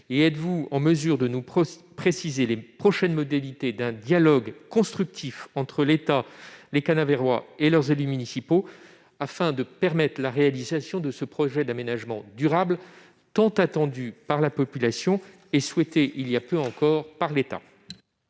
? Êtes-vous en mesure de préciser les prochaines modalités d'un dialogue constructif entre l'État, les Canavérois et leurs élus locaux, afin de permettre la réalisation de ce projet d'aménagement durable tant attendu par la population et encore récemment souhaité par l'État ?